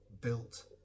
built